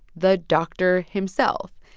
the doctor himself.